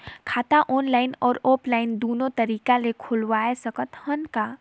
खाता ऑनलाइन अउ ऑफलाइन दुनो तरीका ले खोलवाय सकत हन का?